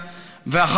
הוא מונה למפקד דיביזיה,